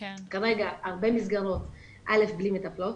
כך שכרגע מסגרות רבות הן ללא מטפלות